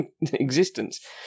existence